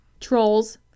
Trolls